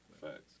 Facts